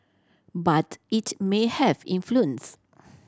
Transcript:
but it may have influence